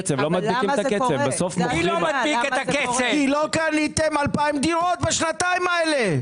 כי לא קניתם 2,000 דירות בשנתיים האלה.